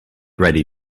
ready